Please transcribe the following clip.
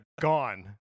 gone